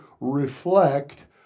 reflect